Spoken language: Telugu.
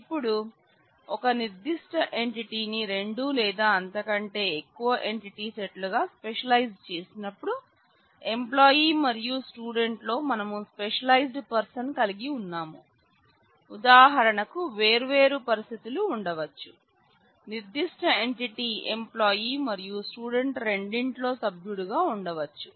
ఇప్పుడు ఒక నిర్ధిష్ట ఎంటిటీని రెండు లేదా అంతకంటే ఎక్కువ ఎంటిటీ సెట్ లుగా స్పెషలైజ్ చేసినప్పుడు ఎంప్లాయి మరియు స్టూడెంట్ లో మనం స్పెషలైజ్డ్ పర్సన్ కలిగి ఉన్నాము ఉదాహరణకు వేర్వేరు పరిస్థితులు ఉండవచ్చు నిర్దిష్ట ఎంటిటి ఎంప్లాయి మరియు స్టూడెంట్ రెండింటిలో సభ్యుడిగా ఉండవచ్చు